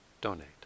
donate